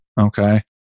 Okay